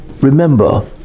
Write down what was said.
Remember